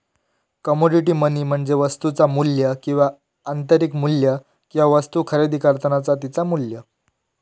commodity money म्हणजे वस्तुचा मू्ल्य किंवा आंतरिक मू्ल्य किंवा वस्तु खरेदी करतानाचा तिचा मू्ल्य